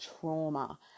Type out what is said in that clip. trauma